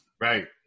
Right